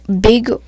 big